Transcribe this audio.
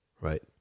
right